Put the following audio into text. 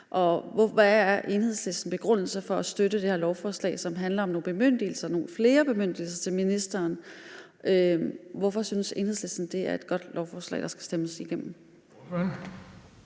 Hvad er Enhedslistens begrundelse for at støtte det her lovforslag, som handler om nogle flere bemyndigelser til ministeren? Hvorfor synes Enhedslisten det er et godt lovforslag, der skal stemmes igennem?